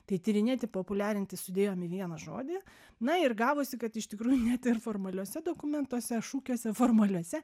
tai tyrinėti populiarinti sudėjom į vieną žodį na ir gavosi kad iš tikrųjų net ir formaliuose dokumentuose šūkiuose formaliuose